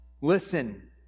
Listen